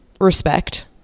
respect